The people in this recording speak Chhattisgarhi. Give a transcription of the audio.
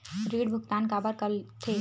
ऋण भुक्तान काबर कर थे?